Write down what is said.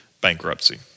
bankruptcy